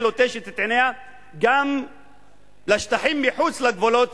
לוטשת עיניה גם לשטחים שמחוץ לגבולות